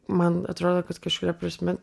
man atrodo kad kažkuria prasme